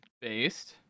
based